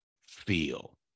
feel